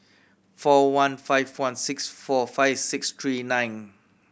four one five one six four five six three nine